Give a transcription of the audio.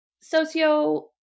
socio